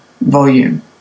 volume